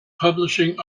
publishing